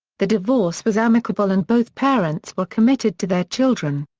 the divorce was amicable and both parents were committed to their children.